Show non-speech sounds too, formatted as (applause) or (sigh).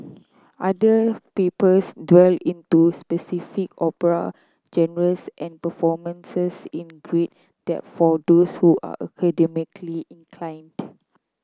other papers dwell into specific opera genres and performances in great depth for those who are academically inclined (noise)